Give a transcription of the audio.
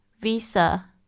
Visa